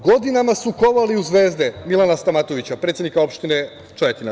Godinama su kovali u zvezde Milana Stamatovića, predsednika Opštine Čajetina.